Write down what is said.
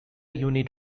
unit